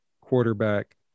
quarterback